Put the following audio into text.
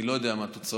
אני לא יודע מה התוצאות,